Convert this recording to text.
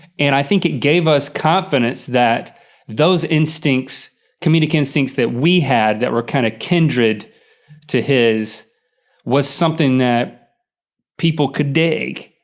and i think it gave us confidence that those instincts, comedic instincts that we had that were kind of kindred to his was something that people could dig.